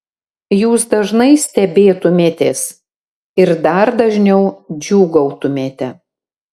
jūs dažnai stebėtumėtės ir dar dažniau džiūgautumėte